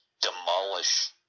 demolish